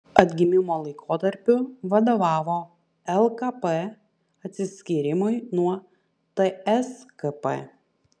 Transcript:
atgimimo laikotarpiu vadovavo lkp atsiskyrimui nuo tskp